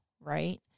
right